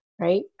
right